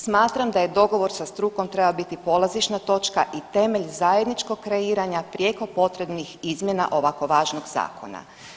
Smatram da je dogovor sa strukom trebao biti polazišna točka i temelj zajedničkog kreiranja prijeko potrebnih izmjena ovako važnog zakona.